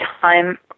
time